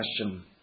question